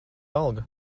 alga